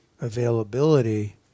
availability